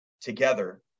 together